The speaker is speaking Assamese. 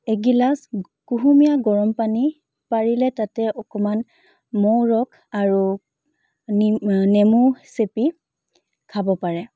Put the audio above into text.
এগিলাচ কুহুমীয়া গৰম পানী পাৰিলে তাতে অকণমান মৌ ৰস আৰু নি নেমু চেপি খাব পাৰে